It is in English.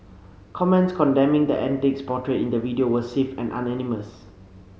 comments condemning the antics portrayed in the video were swift and unanimous